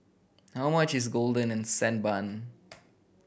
how much is golden and sand bun